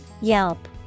Yelp